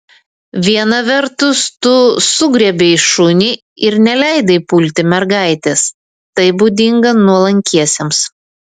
viena vertus tu sugriebei šunį ir neleidai pulti mergaitės tai būdinga nuolankiesiems